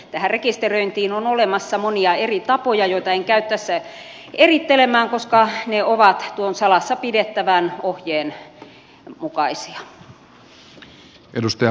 tähän rekisteröintiin on olemassa monia eri tapoja joita en käy tässä erittelemään koska ne ovat tuon salassa pidettävän ohjeen mukaisia